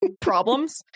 problems